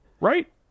Right